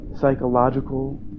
psychological